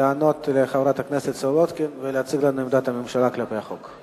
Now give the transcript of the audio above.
לענות לחברת הכנסת סולודקין ולהציג את עמדת הממשלה כלפי החוק.